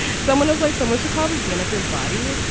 someone who's like someone should call jennifer's body,